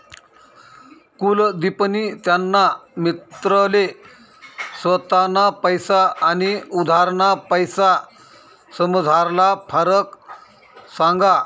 कुलदिपनी त्याना मित्रले स्वताना पैसा आनी उधारना पैसासमझारला फरक सांगा